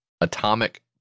Atomic